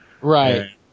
Right